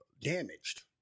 damaged